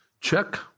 Check